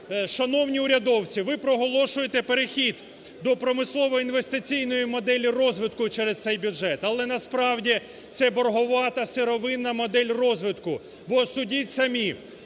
Шановні урядовці, ви проголошуєте перехід до промислово-інвестиційної моделі розвитку через цей бюджет, але насправді це боргова та сировинна модель розвитку, бо, судіть самі,